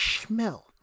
smell